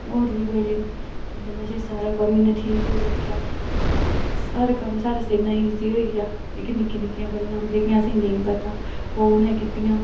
होर बी बड़े न असैं गी सारे कम्म ठीक होई सकेआ हर कम्म साढ़ै आस्तै इज़ी होईआ जेह्किआं निक्की निक्की गलां न जेह्किआ असैं गी नेईं पता न ओह् उनै कीतिआं